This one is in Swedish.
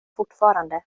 fortfarande